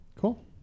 Cool